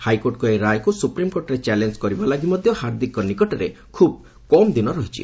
ହାଇକୋର୍ଟଙ୍କ ଏହି ରାୟକୁ ସୁପ୍ରିମକୋର୍ଟରେ ଚ୍ୟାଲେଞ୍ଜ କରିବା ଲାଗି ମଧ୍ୟ ହାର୍ଦ୍ଧିକଙ୍କ ନିକଟରେ ଖୁବ୍ କମ୍ ଦିନ ରହିଛି